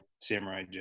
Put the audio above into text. samurai